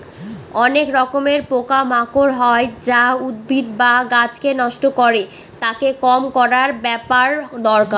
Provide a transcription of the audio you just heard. অনেক রকমের পোকা মাকড় হয় যা উদ্ভিদ বা গাছকে নষ্ট করে, তাকে কম করার ব্যাপার দরকার